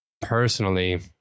personally